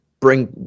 bring